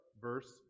verse